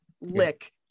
Lick